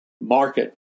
market